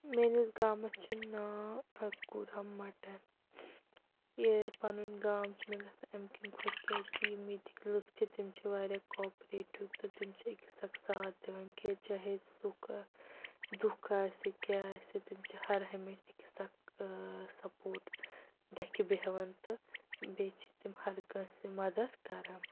میٛٲنِس گامَس چھِ ناو اَکوٗرہم مَٹن یہِ پَنُن گام چھِ مےٚ گژھان اَمہِ کِنۍ خۄش کیٛازِ کہِ یِم ییٚتِکۍ لٕکھ چھِ تِم چھِ واریاہ کاپریٹِو تہٕ تِم چھِ أکِس اکھ ساتھ دِوان کہِ چاہے سُکھ دُکھ آسہِ کیٛاہ آسہِ تِم چھِ ہر ہمیشہٕ أکِس اکھ سَپوٹ ڈکھِ بیٚہوان تہٕ بیٚیہِ چھِ تِم ہر کٲنٛسہِ مَدَتھ کران